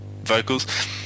vocals